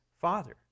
father